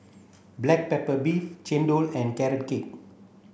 black pepper beef chendol and carrot cake